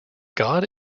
god